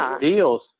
deals